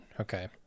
okay